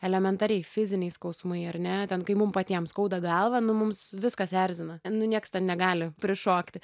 elementariai fiziniai skausmai ar ne ten kai mum patiem skauda galvą nu mums viskas erzina nu nieks ten negali prišokti